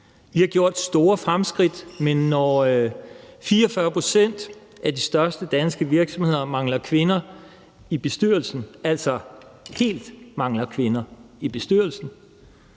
Vi har gjort store fremskridt, men når 44 pct. af de største danske virksomheder mangler kvinder i bestyrelsen – altså helt mangler kvinder i bestyrelsen